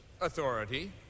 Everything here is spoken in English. authority